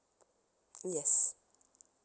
yes